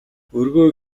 өргөө